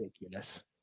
ridiculous